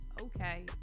okay